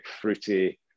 fruity